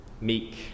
meek